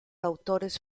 autores